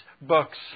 books